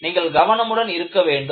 நீங்கள் கவனமுடன் இருக்க வேண்டும்